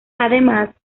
además